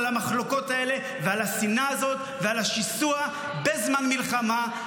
המחלוקות האלה ועל השנאה הזאת ועל השיסוע בזמן מלחמה,